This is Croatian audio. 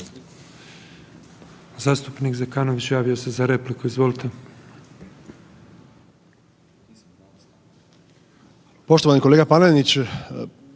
Zastupnik Zekanović javio se za repliku, izvolite.